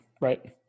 right